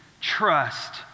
trust